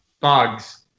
bugs